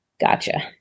gotcha